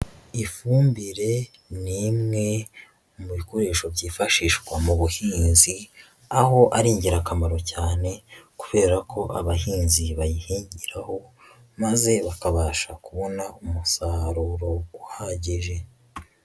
Ifumbire ni imwe mu bikoresho byifashishwa mu buhinzi, aho ari ingirakamaro cyane kubera ko abahinzi bayihingiraho maze bakabasha kubona umusaruro uhagije.